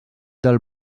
del